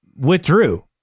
withdrew